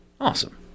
Awesome